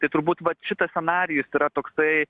tai turbūt vat šitas scenarijus yra toksai